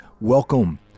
welcome